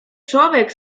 człowiek